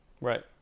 Right